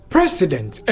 President